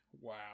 wow